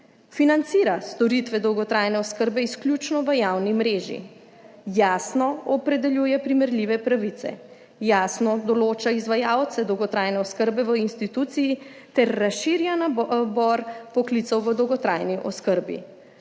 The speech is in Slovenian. financira storitve dolgotrajne oskrbe izključno v javni mreži. Jasno opredeljuje primerljive pravice, jasno določa izvajalce dolgotrajne oskrbe v instituciji ter razširja nabor poklicev v dolgotrajni oskrbi.